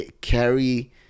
carry